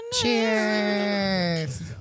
Cheers